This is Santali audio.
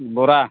ᱵᱚᱨᱟ